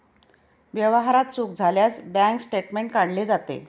व्यवहारात चूक झाल्यास बँक स्टेटमेंट काढले जाते